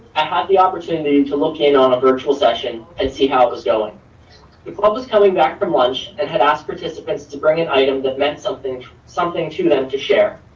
i had the opportunity to locate on a virtual session and see how it was going. the club was coming back from lunch and had asked participants to bring an item that meant something something to them, to share.